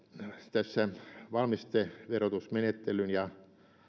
tässä valmisteverotusmenettelyn ja